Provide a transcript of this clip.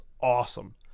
awesome